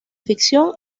ficción